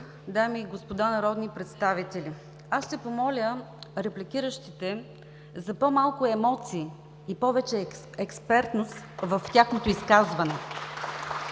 дами и господа народни представители! Ще помоля репликиращите за по-малко емоции и повече експертност в тяхното изказване.